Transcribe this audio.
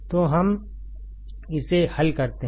तो हम इसे हल करते हैं